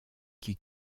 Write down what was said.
qui